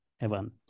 Evan